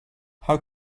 how